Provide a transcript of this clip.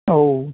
औ